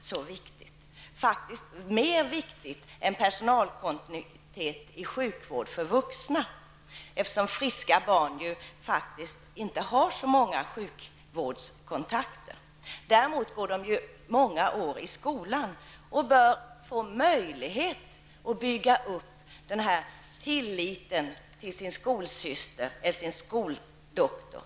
Denna kontinuitet är faktiskt viktigare än vad personalkontinuiteten i sjukvården är för vuxna. Friska barn har ju inte särskilt många sjukvårdskontakter. Däremot går barnen i skola i många år. Då bör de ha möjlighet att bygga upp en tillit till sin skolsyster eller sin skoldoktor.